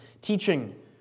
teaching